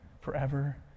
forever